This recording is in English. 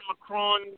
Macron